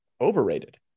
overrated